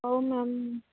ହଉ୍ ma'am